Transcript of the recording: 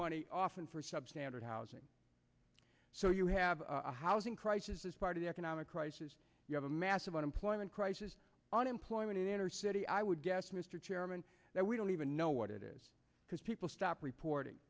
money often for substandard housing so you have a housing crisis is part of the economic crisis you have a massive unemployment crisis unemployment in inner city i would guess mr chairman that we don't even know what it is because people stop reporting